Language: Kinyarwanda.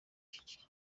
giggs